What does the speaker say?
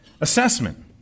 assessment